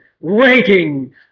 waiting